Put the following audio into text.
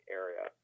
area